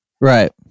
right